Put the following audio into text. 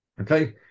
Okay